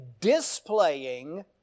displaying